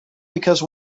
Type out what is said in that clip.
because